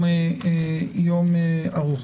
ארוך.